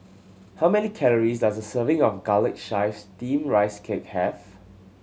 how many calories does a serving of Garlic Chives Steamed Rice Cake have